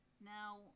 Now